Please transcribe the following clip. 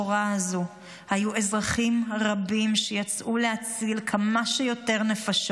הזו היו אזרחים רבים שיצאו להציל כמה שיותר נפשות,